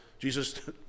Jesus